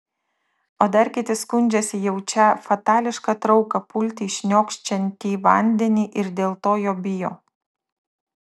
o dar kiti skundžiasi jaučią fatališką trauką pulti į šniokščiantį vandenį ir dėl to jo bijo